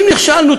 אם נכשלנו,